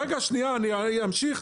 רגע, שנייה, אני אמשיך.